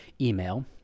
email